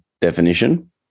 definition